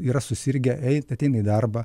yra susirgę eit ateina į darbą